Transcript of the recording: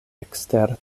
ekster